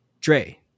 dre